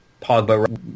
Pogba